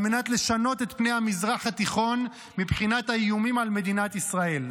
ועל מנת לשנות את פני המזרח התיכון מבחינת האיומים על מדינת ישראל,